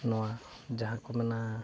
ᱱᱚᱣᱟ ᱡᱟᱦᱟᱸ ᱠᱚ ᱢᱮᱱᱟᱜᱼᱟ